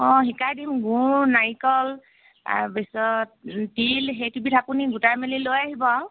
অঁ শিকাই দিম গুড় নাৰিকল তাৰপিছত তিল সেইকেইবিধ আপুনি গোটাই মেলি লৈ আহিব আৰু